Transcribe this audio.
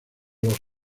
los